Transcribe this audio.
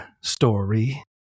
story